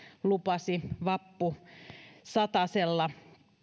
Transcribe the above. lupasi vappusatasella